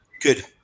Good